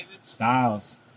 Styles